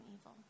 evil